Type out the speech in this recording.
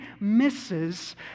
misses